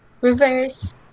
Reverse